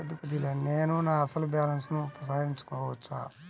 నేను నా అసలు బాలన్స్ ని ఉపసంహరించుకోవచ్చా?